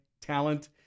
talent